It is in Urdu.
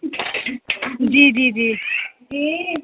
جی جی جی